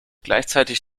gleichzeitig